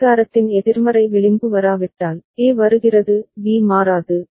கடிகாரத்தின் எதிர்மறை விளிம்பு வராவிட்டால் A வருகிறது B மாறாது